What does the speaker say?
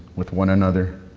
with one another,